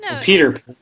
Peter